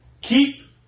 Keep